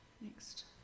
Next